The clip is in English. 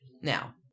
Now